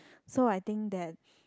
so I think that